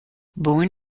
born